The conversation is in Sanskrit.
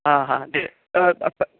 हा हा